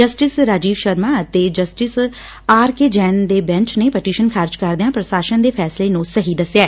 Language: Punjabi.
ਜਸਟਿਸ ਰਾਜੀਵ ਸ਼ਰਮਾ ਅਤੇ ਜਾਸਟਿਸ ਆਰਕੇ ਜੈਨ ਦੇ ਬੈੱਚ ਨੇ ਪਟੀਸ਼ਨ ਖਾਰਿਜ ਕਰਦਿਆਂ ਪ੍ਰਸ਼ਾਸਨ ਦੇ ਫੈਸਲੇ ਨੂੰ ਸਹੀ ਦੱਸਿਐ